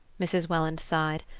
mrs. welland sighed.